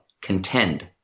contend